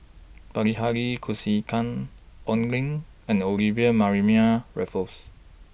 Bilahari Kausikan Oi Lin and Olivia Mariamne Raffles